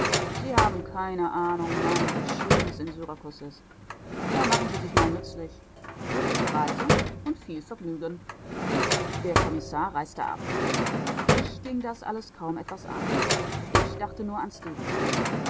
sie haben keine ahnung mann wie schön es in syrakus ist da machen sie sich mal nützlich glückliche reise und viel vergnügen der kommissar reiste ab mich ging das alles kaum etwas an ich dachte nur an